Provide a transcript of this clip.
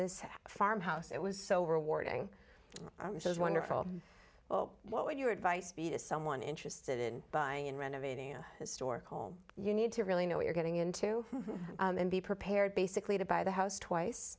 this farmhouse it was so rewarding which is wonderful well what would your advice be to someone interested in buying in renovating a historical you need to really know what you're getting into and be prepared basically to buy the house twice